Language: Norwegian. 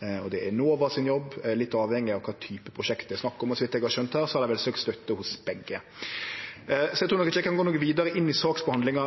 og det er Enova sin jobb, litt avhengig av kva type prosjekt det er snakk om. Og så vidt eg har skjønt her, har dei vel søkt støtte hos begge. Så eg trur nok ikkje eg kan gå noko vidare inn i saksbehandlinga